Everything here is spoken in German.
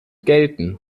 gelten